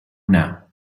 now